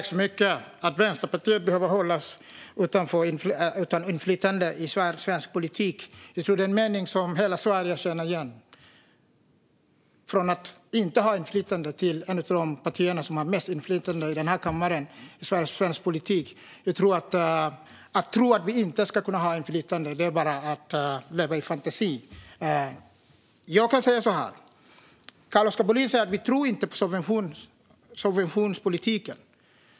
Fru talman! Att Vänsterpartiet behöver hållas utanför och inte ha inflytande i svensk politik tror jag är en mening som hela Sverige känner igen. Vi har gått från att inte ha inflytande till att bli ett av de partier som har mest inflytande i denna kammare och i svensk politik. Att tro att vi inte ska ha inflytande är att leva i en fantasi. Carl-Oskar Bohlin säger att han inte tror på subventionspolitiken.